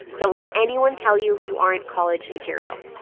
don't let anyone tell you you aren't college material